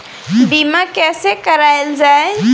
बीमा कैसे कराएल जाइ?